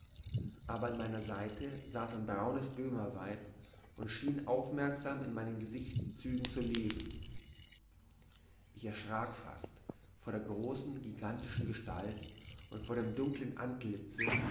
aber an meiner seite saß ein braunes böhmerweib und schien aufmerksam in meinen gesichtszügen zu lesen ich erschrack fast vor der großen gigantischen gestalt und vor dem dunkeln antlize